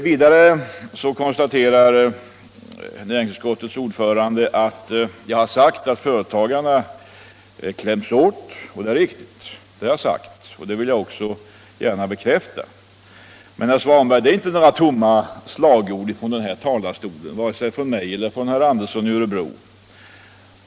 Vidare konstaterar näringsutskottets ordförande att jag har sagt att företagarna kläms åt, och det är riktigt. Det har jag sagt och det vill jag också bekräfta. Men, herr Svanberg, det är inte fråga om några tomma slagord, varken från mig eller från herr Andersson i Örebro.